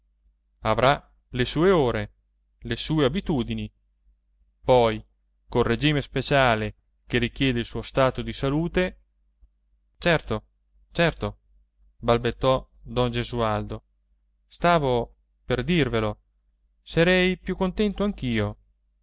avrà le sue ore le sue abitudini poi col regime speciale che richiede il suo stato di salute certo certo balbettò don gesualdo stavo per dirvelo sarei più contento anch'io